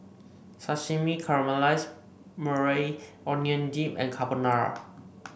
Sashimi Caramelized Maui Onion Dip and Carbonara